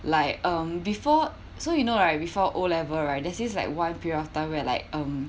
like um before so you know right before O level right there's this like one period of time where like um